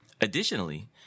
Additionally